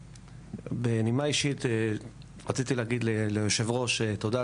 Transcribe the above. בנימה אישית רציתי להגיד ליושב הראש תודה,